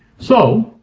so,